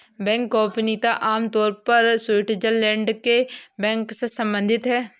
bank गोपनीयता आम तौर पर स्विटज़रलैंड के बैंक से सम्बंधित है